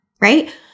right